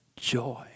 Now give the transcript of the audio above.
joy